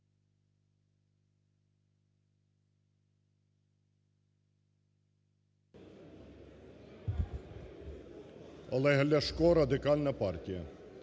Олег Ляшко, Радикальна партія.